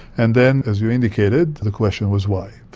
and then, as you indicated, the question was why.